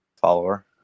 follower